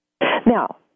Now